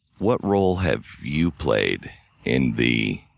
what role have you played in the